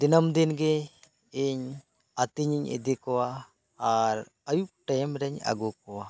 ᱫᱤᱱᱚᱢ ᱫᱤᱱ ᱜᱮ ᱤᱧ ᱟᱹᱛᱤᱧ ᱤᱧ ᱤᱫᱤ ᱠᱚᱣᱟ ᱟᱨ ᱟᱹᱭᱩᱵ ᱴᱟᱹᱭᱤᱢ ᱨᱤᱧ ᱟᱹᱜᱩ ᱠᱚᱣᱟ